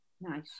Nice